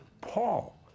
Paul